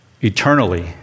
eternally